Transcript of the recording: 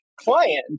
client